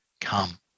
come